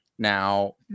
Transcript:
Now